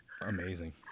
Amazing